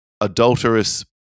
adulterous